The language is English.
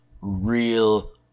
Real